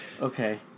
Okay